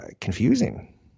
confusing